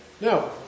now